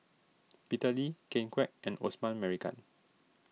Peter Lee Ken Kwek and Osman Merican